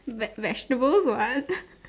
V vegetables what